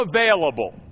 available